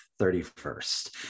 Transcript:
31st